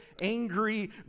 angry